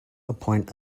appoint